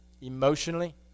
emotionally